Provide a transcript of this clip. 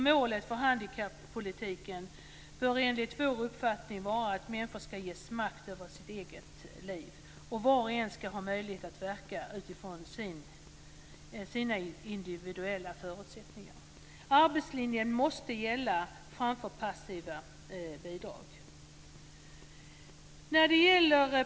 Målet för handikappolitiken bör enligt vår uppfattning vara att människor ska ges makt över sina egna liv och att var och en ska ha möjlighet att verka utifrån sina individuella förutsättningar. Arbetslinjen måste gälla framför passiva bidrag.